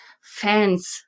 fans